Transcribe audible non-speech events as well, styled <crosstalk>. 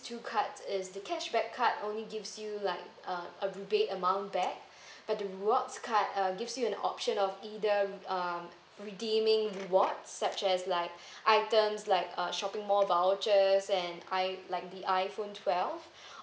two cards is the cashback card only gives you like uh a rebate amount back <breath> but the rewards card uh gives you an option of either um redeeming reward such as like <breath> items like uh shopping mall vouchers and I like the iphone twelve <breath>